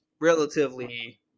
relatively